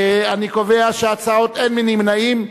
אין נמנעים.